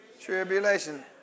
tribulation